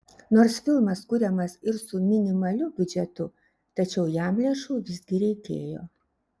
nors filmas kuriamas ir su minimaliu biudžetu tačiau jam lėšų visgi reikėjo